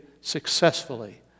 successfully